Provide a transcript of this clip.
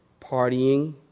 partying